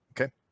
okay